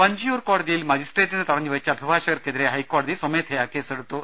വഞ്ചിയൂർ കോടതിയിൽ മജിസ്ട്രേറ്റിനെ തടഞ്ഞുവെച്ച അഭിഭാഷ കർക്കെതിരെ ഹൈക്കോടതി സ്വമേധയാ കേസ്സെടുത്തു